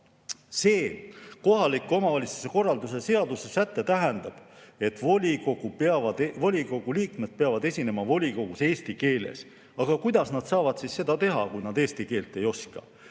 See kohaliku omavalitsuse korralduse seaduse säte tähendab, et volikogu liikmed peavad esinema volikogus eesti keeles. Aga kuidas nad saavad seda siis teha, kui nad eesti keelt ei oska?